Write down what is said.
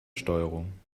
steuerung